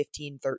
15-13